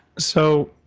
so,